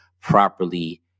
properly